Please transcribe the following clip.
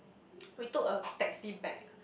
we took a taxi back